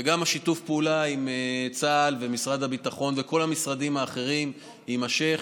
וגם שיתוף הפעולה עם צה"ל ומשרד הביטחון וכל המשרדים האחרים יימשך,